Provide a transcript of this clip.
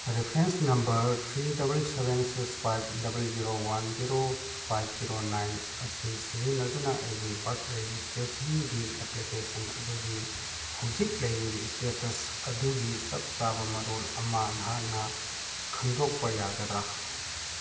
reference number three double seven six five double zero one zero five zero nine ꯑꯁꯤ ꯁꯤꯖꯤꯟꯅꯗꯨꯅ ꯑꯩꯒꯤ birth ꯔꯦꯖꯤꯁꯇ꯭ꯔꯦꯁꯟꯒꯤ application ꯑꯗꯨꯒꯤ ꯍꯧꯖꯤꯛ ꯂꯩꯔꯤꯕ ꯁ꯭ꯇꯦꯇꯁ ꯑꯗꯨꯒꯤ ꯆꯞ ꯆꯥꯕ ꯃꯔꯣꯜ ꯑꯃ ꯅꯍꯥꯛꯅ ꯈꯪꯗꯣꯛꯄ ꯌꯥꯒꯗ꯭ꯔꯥ